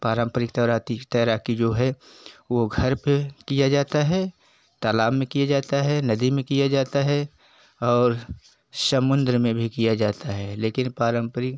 पारंपरिक तौराती तैराकी जो है वह घर पर किया जाता है तालाब में किया जाता है नदी में किया जाता है और समुंद्र में भी किया जाता है लेकिन पारंपरिक